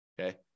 okay